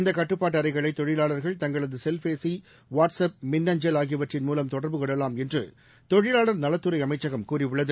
இந்த கட்டுப்பாட்டு அறைகளை தொழிலாளா்கள் தங்களது செல்பேசி வாட்ஸ் ஆப் மின்னஞ்சல் ஆகியவற்றின் மூவம் தொடர்பு கொள்ளலாம் என்று தொழிலாளா் நலத்துறை அமைச்சகம் கூறியுள்ளது